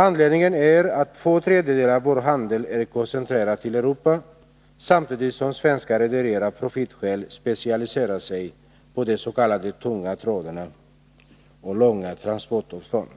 Anledningen är att två tredjedelar av vår handel är koncentrerade till Europa, samtidigt som svenska rederier av profitskäl specialiserar sig på de s.k. tunga traderna och långa transportavstånden.